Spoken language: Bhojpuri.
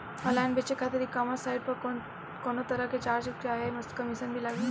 ऑनलाइन बेचे खातिर ई कॉमर्स साइट पर कौनोतरह के चार्ज चाहे कमीशन भी लागी?